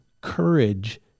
courage